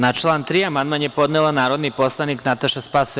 Na član 3. amandman je podnela narodni poslanik Nataša Sp.